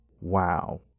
wow